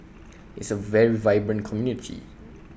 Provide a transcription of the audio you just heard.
is A very vibrant community